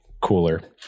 cooler